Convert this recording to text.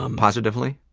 um positively?